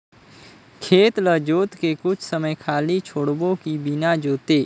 खेत ल जोत के कुछ समय खाली छोड़बो कि बिना जोते?